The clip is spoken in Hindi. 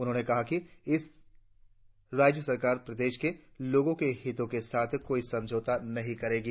उन्होंने कहा कि राज्य सरकार प्रदेश के लोगों के हितों के साथ कोई समझौता नहीं करेगी